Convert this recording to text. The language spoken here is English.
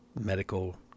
medical